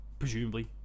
presumably